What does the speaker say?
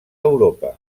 europa